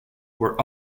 were